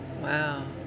Wow